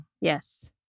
Yes